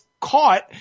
caught